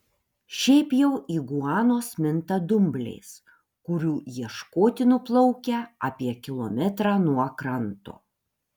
šiaip jau iguanos minta dumbliais kurių ieškoti nuplaukia apie kilometrą nuo kranto